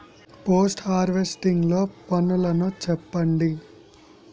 Post harvesting లో పనులను చెప్పండి?